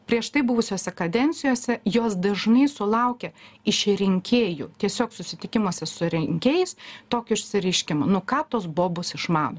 prieš tai buvusiose kadencijose jos dažnai sulaukia iš rinkėjų tiesiog susitikimuose su rinkėjais tokio išsireiškimo nu ką tos bobos išmano